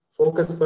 focus